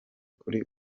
kuri